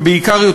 ובעיקר,